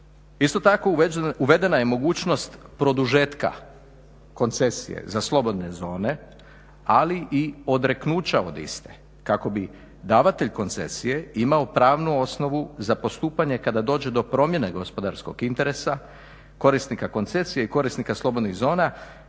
Isto tako uvedena je mogućnost produžetka koncesije za slobodne zone ali i odreknuća od iste kako bi davatelj koncesije imao pravnu osnovu za postupanje kada dođe do promjene gospodarskog interesa korisnika koncesije i korisnika slobodnih zona